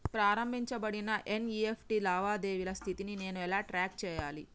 ప్రారంభించబడిన ఎన్.ఇ.ఎఫ్.టి లావాదేవీల స్థితిని నేను ఎలా ట్రాక్ చేయాలి?